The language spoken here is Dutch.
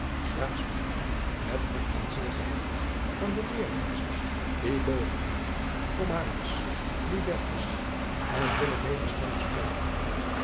met hart en ziel gehecht aan de leerwijze die bogerman gomarus lubbertus en hunne medestanders predikten